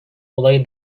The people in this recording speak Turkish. olayı